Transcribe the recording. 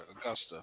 Augusta